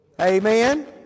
Amen